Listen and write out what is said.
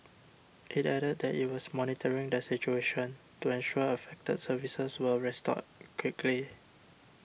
it added that it was monitoring the situation to ensure affected services were restored quickly